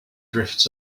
drifts